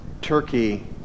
turkey